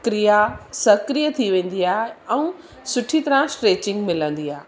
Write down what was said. क्रिया सक्रिय थी वेंदी आहे ऐं सुठी तरह स्ट्रैचिंग मिलंदी आहे